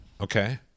okay